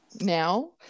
now